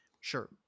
sure